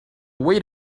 wait